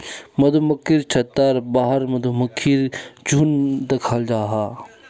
मधुमक्खिर छत्तार बाहर मधुमक्खीर झुण्ड दखाल जाहा